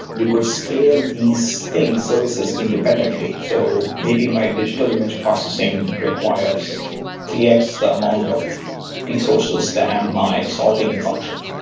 you could scale these things so as as independently. so maybe my digital image processing requires three x the amount of resources than my sorting function.